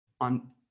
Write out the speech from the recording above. On